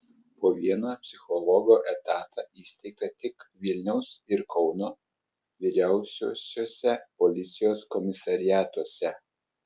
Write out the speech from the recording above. po vieną psichologo etatą įsteigta tik vilniaus ir kauno vyriausiuosiuose policijos komisariatuose